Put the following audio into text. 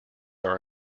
are